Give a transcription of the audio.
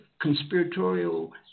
conspiratorial